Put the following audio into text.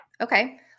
Okay